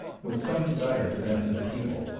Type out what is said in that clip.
with some desire to benefit the people,